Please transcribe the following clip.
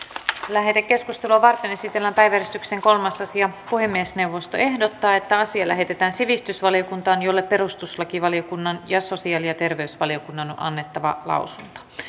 lähetekeskustelua varten esitellään päiväjärjestyksen kolmas asia puhemiesneuvosto ehdottaa että asia lähetetään sivistysvaliokuntaan jolle perustuslakivaliokunnan ja sosiaali ja terveysvaliokunnan on on annettava lausunto